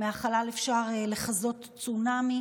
מהחלל אפשר לחזות צונאמי,